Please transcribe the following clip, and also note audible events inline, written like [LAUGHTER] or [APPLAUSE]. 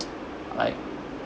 [NOISE] like